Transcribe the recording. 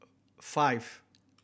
five